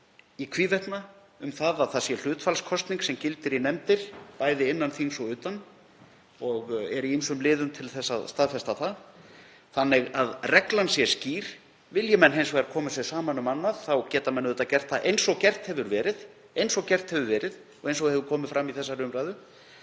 í hvívetna um að hlutfallskosning gildi í nefndir, bæði innan þings og utan, og er í ýmsum liðum til að staðfesta það þannig að reglan sé skýr. Vilji menn hins vegar koma sér saman um annað þá geta þeir auðvitað gert það — eins og gert hefur verið og hefur komið fram í þessari umræðu